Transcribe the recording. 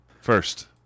First